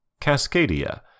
Cascadia